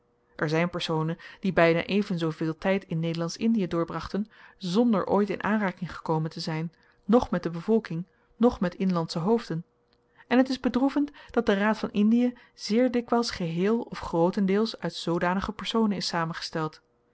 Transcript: er zyn personen die byna even zooveel tyd in nederlandsch indie doorbrachten zonder ooit in aanraking gekomen te zyn noch met de bevolking noch met inlandsche hoofden en t is bedroevend dat de raad van indie zeer dikwyls geheel of grootendeels uit zoodanige personen is samengesteld